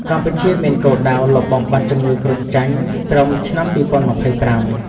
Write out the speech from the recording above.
កម្ពុជាមានគោលដៅលុបបំបាត់ជំងឺគ្រុនចាញ់ត្រឹមឆ្នាំ ២០២៥។